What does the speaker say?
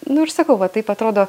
nu ir sakau va taip atrodo